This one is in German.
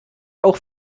auch